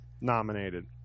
nominated